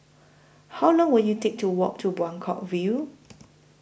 How Long Will IT Take to Walk to Buangkok View